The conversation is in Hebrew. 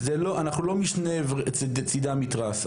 אנחנו לא משני צדי המתרס,